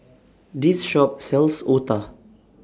This Shop sells Otah